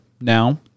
now